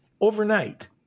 overnight